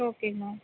ஓகேங்க மேம்